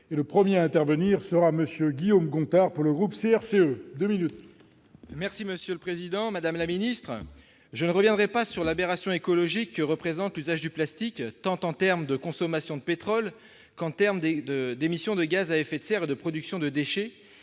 et le 1er à intervenir sera Monsieur Guillaume Gontard pour le groupe CRC eux 2 minutes. Merci monsieur le Président, Madame la ministre, je ne reviendrai pas sur l'aberration écologique que représente l'usage du plastique, tant en termes de consommation de pétrole qu'en termes d'de d'émissions de gaz à effet de serre de production de déchets